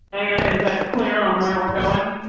diana, is that clear on where we're going